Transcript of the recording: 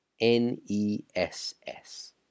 n-e-s-s